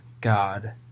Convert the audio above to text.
God